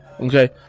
Okay